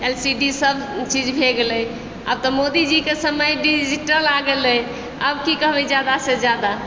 L C D सब चीज भए गेलै आब तऽ मोदी जीके समय डिजिटल आबि गेलै आब की कहबै जादा सँ जादा